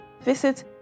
visit